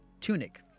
Tunic